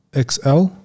XL